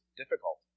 difficult